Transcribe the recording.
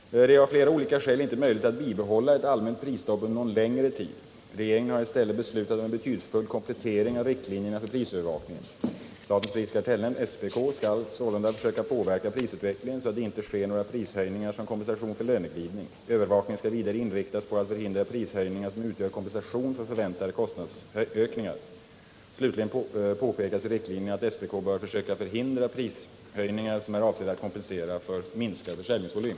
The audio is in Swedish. Det är av flera olika skäl inte möjligt att bibehålla ett allmänt prisstopp under någon längre tid. Regeringen har i stället beslutat om en betydelsefull komplettering av riktlinjerna för prisövervakningen. Statens prisoch kartellnämnd skall sålunda försöka påverka prisutvecklingen så det inte sker några prishöjningar som kompensation för förväntade kostnadsökningar. Slutligen påpekas i riktlinjerna att SPK bör försöka förhindra prishöjningar som är avsedda att kompensera för minskad försäljningsvolym.